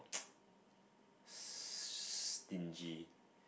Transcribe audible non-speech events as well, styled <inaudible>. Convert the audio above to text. <noise> stingy